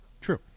True